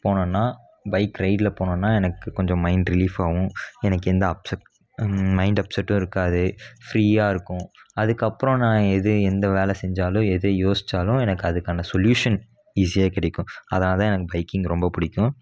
போனேன்னால் பைக் ரைடில் போனேன்னால் எனக்கு கொஞ்சம் மைண்ட் ரிலீஃப் ஆகும் எனக்கு எந்த அப்செட் மைண்ட் அப்செட்டும் இருக்காது ஃப்ரீயாக இருக்கும் அதுக்கப்புறம் நான் எது எந்த வேலை செஞ்சாலும் எதை யோசித்தாலும் எனக்கு அதுக்கான சொலியூஷன் ஈஸியாக கிடைக்கும் அதனால் தான் எனக்கு பைக்கிங் ரொம்ப பிடிக்கும்